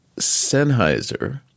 Sennheiser